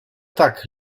tak